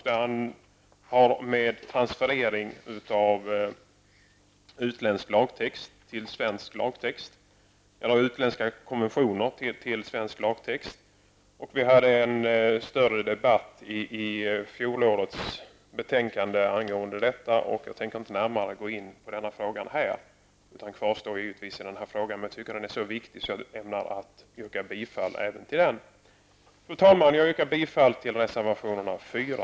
Den handlar om transformering utländska konventioner till svensk lagtext. Vi hade en större debatt i anslutning till fjolårets betänkande angående detta. Jag tänker inte närmare gå in på den frågan nu, men jag tycker att den är så viktig att jag ämnar yrka bifall även till den. Fru talman! Jag yrkar bifall till reservationerna 4